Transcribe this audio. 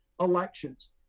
elections